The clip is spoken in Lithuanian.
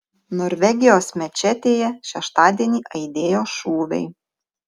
norvegijos mečetėje šeštadienį aidėjo šūviai